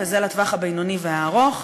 וזה לטווח הבינוני והארוך,